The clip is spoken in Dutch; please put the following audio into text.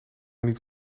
niet